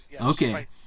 Okay